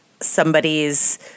somebody's